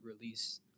release